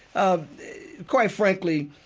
um quite frankly,